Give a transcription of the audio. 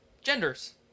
genders